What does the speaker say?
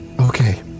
Okay